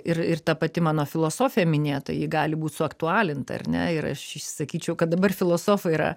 ir ir ta pati mano filosofija minėta ji gali būt suaktualinta ar ne ir aš sakyčiau kad dabar filosofai yra